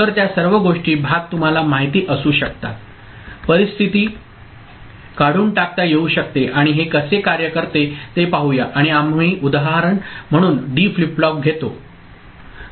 तर त्या सर्व गोष्टी भाग तुम्हाला माहिती असू शकतात परिस्थिती काढून टाकता येऊ शकते आणि हे कसे कार्य करते ते पाहूया आणि आम्ही उदाहरण म्हणून डी फ्लिप फ्लॉप घेतो ठीक आहे